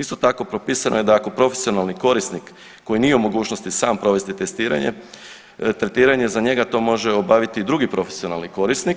Isto tako propisano je da ako profesionalni korisnik koji nije u mogućnosti sam provesti testiranje, tretiranje za njega to može obaviti drugi profesionalni korisnik